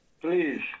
Please